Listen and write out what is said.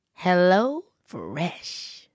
HelloFresh